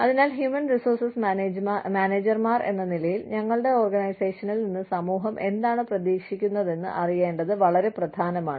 അതിനാൽ human resource മാനേജർമാർ എന്ന നിലയിൽ ഞങ്ങളുടെ ഓർഗനൈസേഷനിൽ നിന്ന് സമൂഹം എന്താണ് പ്രതീക്ഷിക്കുന്നതെന്ന് അറിയേണ്ടത് വളരെ പ്രധാനമാണ്